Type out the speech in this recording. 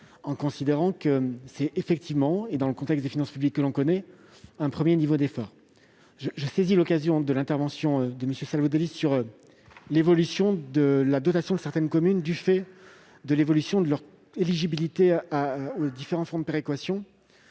en considérant que c'est effectivement, dans le contexte des finances publiques que l'on connaît, un premier effort. Je saisis l'occasion de l'intervention de M. Savoldelli sur l'évolution de la dotation de certaines communes du fait de l'évolution de leur éligibilité aux différents fonds de péréquation